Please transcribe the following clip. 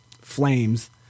flames